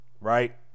right